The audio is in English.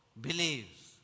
believes